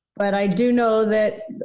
but i do know that,